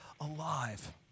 alive